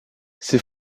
ses